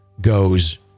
goes